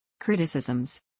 Criticisms